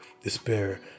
despair